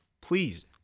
Please